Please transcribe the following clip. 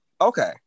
okay